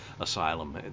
Asylum